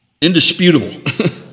indisputable